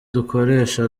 dukoresha